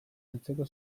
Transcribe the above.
antzeko